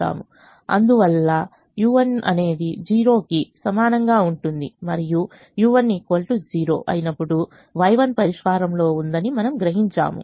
అందువల్ల u1 అనేది 0 కి సమానంగా ఉంటుంది మరియు u1 0 అయినప్పుడు Y1 పరిష్కారంలో ఉందని మనము గ్రహించాము